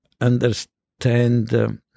understand